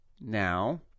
Now